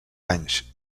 anys